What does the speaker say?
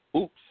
Oops